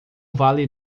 vale